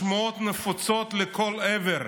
השמועות נפוצות לכל עבר,